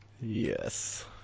yes